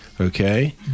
okay